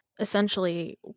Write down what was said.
essentially